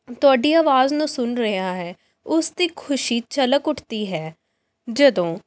ਤੁਹਾਡੀ ਆਵਾਜ਼ ਨੂੰ ਸੁਣ ਰਿਹਾ ਹੈ ਉਸਦੀ ਖੁਸ਼ੀ ਝਲਕ ਉੱਠਦੀ ਹੈ ਜਦੋਂ